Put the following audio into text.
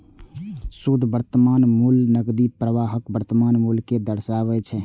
शुद्ध वर्तमान मूल्य नकदी प्रवाहक वर्तमान मूल्य कें दर्शाबै छै